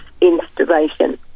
installation